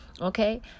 okay